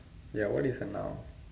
ya what is a noun